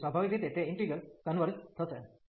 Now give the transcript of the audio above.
તેથી સ્વાભાવિક રીતે તે ઈન્ટિગ્રલ કન્વર્ઝ થશે